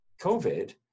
COVID